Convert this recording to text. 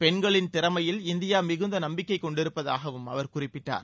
பெண்களின் திறமையில் இந்தியா மிகுந்த நம்பிக்கை கொண்டிருப்பதாகவும் அவர் குறிப்பிட்டார்